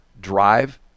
drive